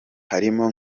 harimo